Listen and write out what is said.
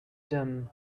them